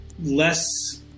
less